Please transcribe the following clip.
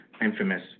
infamous